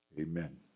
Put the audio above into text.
amen